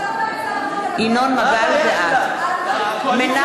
בעד מרב מיכאלי,